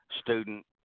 student